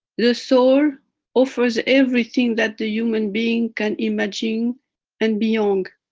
the soul offers everything that the human being can imagine and beyong.